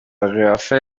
قیافه